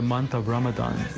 month of ramadan